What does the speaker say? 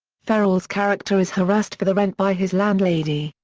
ferrell's character is harassed for the rent by his landlady,